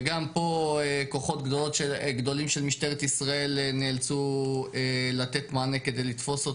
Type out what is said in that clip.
גם פה כוחות גדולים של משטרת ישראל נאלצו לתת מענה כדי לתפוס אותו.